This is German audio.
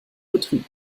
betrieb